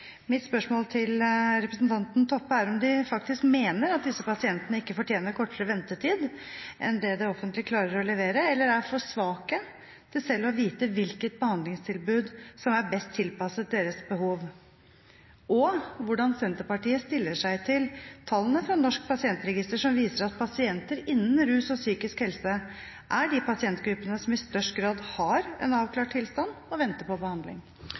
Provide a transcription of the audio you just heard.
Mitt spørsmål til representanten Toppe er om de faktisk mener at disse pasientene ikke fortjener kortere ventetid enn det det offentlige klarer å levere, eller er for svake til selv å vite hvilket behandlingstilbud som er best tilpasset deres behov? Og: Hvordan stiller Senterpartiet seg til tallene fra Norsk pasientregister, som viser at pasienter innen rus og psykisk helse er de pasientgruppene som i størst grad har en avklart tilstand og venter på behandling?